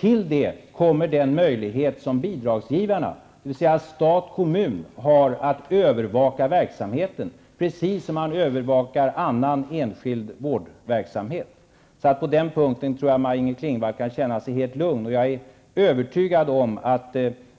Till det kommer den möjlighet som bidragsgivarna, dvs. stat och kommun, har att övervaka verksamheten, precis som man övervakar annan enskild vårdverksamhet. På den punkten tror jag att Maj-Inger Klingvall kan känna sig helt lugn. Jag är övertygad om att